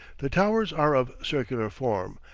the towers are of circular form,